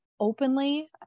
openly